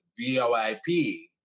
VoIP